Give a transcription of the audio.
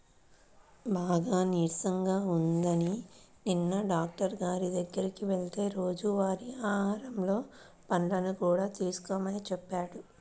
బాగా నీరసంగా ఉందని నిన్న డాక్టరు గారి దగ్గరికి వెళ్తే రోజువారీ ఆహారంలో పండ్లను కూడా తీసుకోమని చెప్పాడు